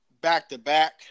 back-to-back